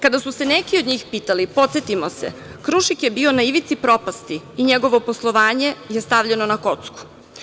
Kada su se neki od njih pitali, podsetimo se „Krušik“ je bio na ivici propasti i njegovo poslovanje je stavljeno na kocku.